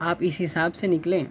آپ اس حساب سے نکلیں